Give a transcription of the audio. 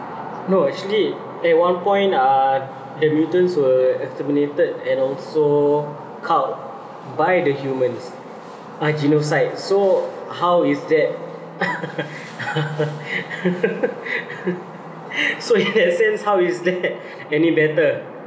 no actually at one point uh the mutants were exterminated and also culled by the humans uh genocide so how is that so in that sense how is that any better